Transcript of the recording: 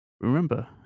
Remember